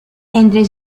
entre